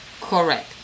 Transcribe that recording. Correct